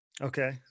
Okay